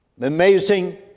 amazing